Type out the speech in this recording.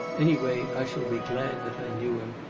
any way i shall be glad that i knew him,